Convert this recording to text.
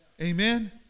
Amen